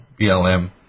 BLM